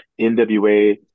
NWA